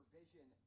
vision